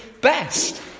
best